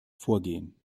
vorgehen